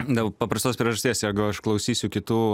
dėl paprastos priežasties jeigu aš klausysiu kitų